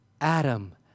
Adam